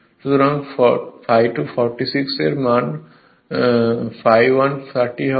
সুতরাং ∅2 46 এর মান ∅1 30 হবে